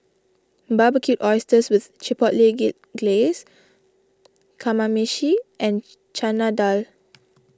Barbecued Oysters with Chipotle Glaze Kamameshi and Chana Dal